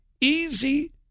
easy